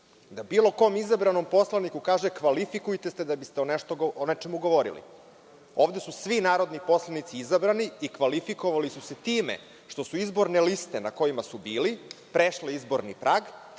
da bilo kom izabranom poslaniku kaže – kvalifikujte se da biste o nečemu govorili. Ovde su svi narodni poslanici izabrani i kvalifikovali su se time što su izborne liste na kojima su bili prešle izborni prag,